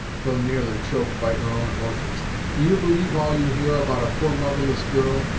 though nearly choked by her own emotions do you believe all you hear about a poor, motherless girl?